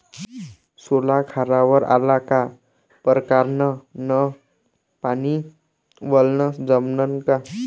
सोला खारावर आला का परकारं न पानी वलनं जमन का?